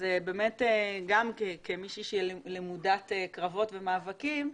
גם כמי שהיא למודת קרבות ומאבקים,